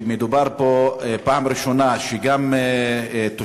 שמדובר פה בכך שבפעם הראשונה גם תושבי